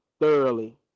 thoroughly